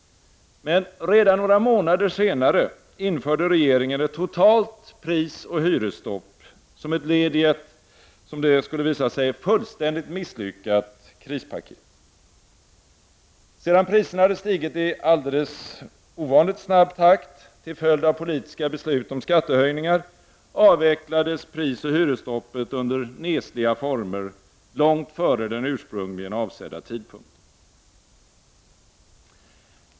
Men redan några månader senare införde regeringen ett totalt prisoch hyresstopp som ett led i ett — som det skulle visa sig — fullständigt misslyckat krispaket. Sedan priserna hade stigit i alldeles ovanligt snabb takt till följd av politiska beslut om skattehöjningar, avvecklades prisoch hyresstoppet under tämligen nesliga former långt före den ursprungligen avsedda tidpunken.